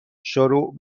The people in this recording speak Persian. شروع